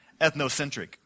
ethnocentric